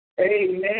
amen